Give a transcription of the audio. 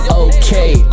okay